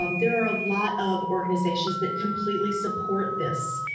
um there are a lot of organizations that completely support this,